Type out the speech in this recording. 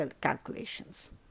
calculations